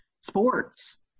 sports